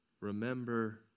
Remember